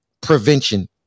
prevention